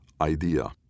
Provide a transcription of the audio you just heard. idea